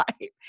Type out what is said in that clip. life